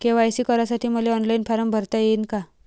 KYC करासाठी मले online form भरता येईन का?